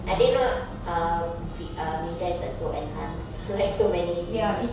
I didn't know uh re~ uh media is like so enhanced like so many things